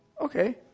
okay